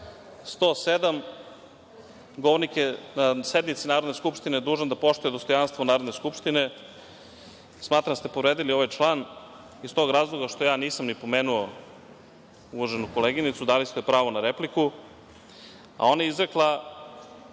107. - govornik je na sednici Narodne skupštine dužan da poštuje dostojanstvo Narodne skupštine. Smatram da ste povredili ovaj član iz tog razloga što ja nisam ni pomenuo uvaženu koleginicu. Dali ste joj pravo na repliku, a ona je izrekla